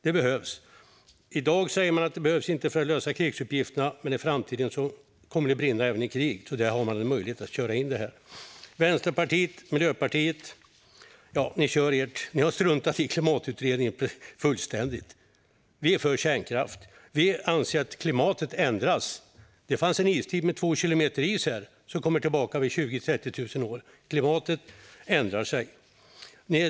I dag säger man att det inte behövs för att lösa krigsuppgifterna. Men i framtiden kommer det att brinna även i krig, så då har man möjlighet att köra in detta. Vänsterpartiet och Miljöpartiet har fullständigt struntat i klimatutredningen. Vi är för kärnkraft. Vi anser att klimatet ändras. Det fanns en istid med två kilometer tjockt istäcke. Det kommer tillbaka om 20 000-30 000 år. Klimatet ändrar sig.